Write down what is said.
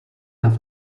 have